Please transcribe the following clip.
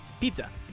pizza